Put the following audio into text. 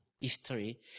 history